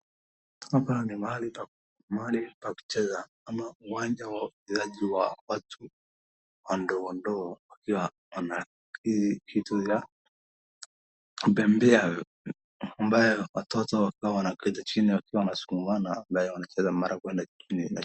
Hapa ni mahali pa kucheza ama uwanja wa uchezaji wa watu wadongo wadongo, wakiwa wana hii kitu ya bembea ambayo watoto huwa wanakuja chini wakiwa wanasukumana, ambayo wanacheza mara kwenda chini na juu.